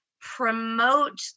promote